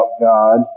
God